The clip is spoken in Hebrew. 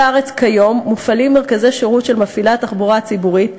הארץ מופעלים כיום מרכזי שירות של מפעילי התחבורה הציבורית,